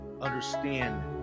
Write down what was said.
understand